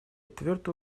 твердо